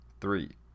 Three